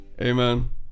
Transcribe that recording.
Amen